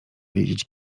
wiedzieć